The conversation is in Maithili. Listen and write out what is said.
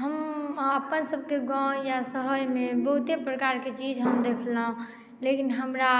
हँ अपनसभके गाँव या शहरमे बहुते प्रकारके चीज हम देखलहुँ लेकिन हमरा